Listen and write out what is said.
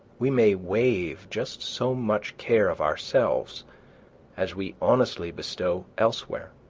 we may waive just so much care of ourselves as we honestly bestow elsewhere.